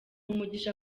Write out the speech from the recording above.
umugisha